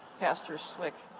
pastor swick.